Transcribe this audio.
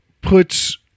puts